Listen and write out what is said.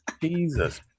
Jesus